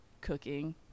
Cooking